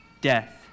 death